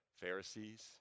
Pharisees